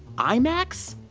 imax.